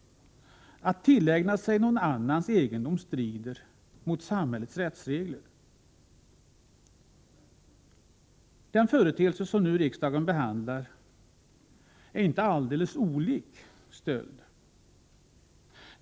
Att tillägna sig någon annans egendom strider mot samhällets rättsregler. Den företeelse som riksdagen nu behandlar är inte alldeles olik stöld.